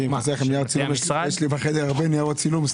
אם חסר לכם נייר צילום יש לי בחדר הרבה ניירות צילום,